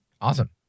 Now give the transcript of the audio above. Awesome